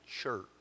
church